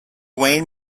wayne